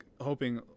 hoping